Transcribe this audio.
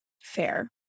fair